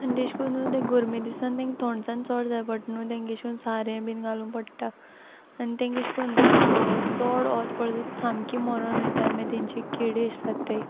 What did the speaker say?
आनी तेश कोन्न न्हू गोरमे दिसान तेंक थोंडसाण चोड जाय पोट न्हू तेंक अेश कोन्न सारें बी घालूं पोडटा आनी तेंक अेश कोन्न चोड वोत पोड्ल जाल्यार तीं सामकीं मोरोन वोयताय आनी तेंचेर कीड अेश जाताय